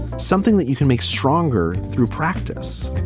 something that you can make stronger through practice